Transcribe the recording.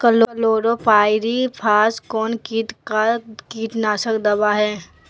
Chlorpyrifos कौन किट का कीटनाशक दवा है?